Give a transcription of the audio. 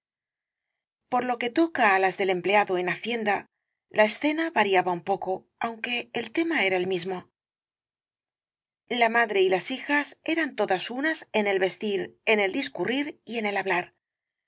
por lo que toca á las del empleado en hacienda la escena variaba un poco aunque el tema era el mismo la madre y las hijas eran todas unas en el vestir en el discurrir y en el hablar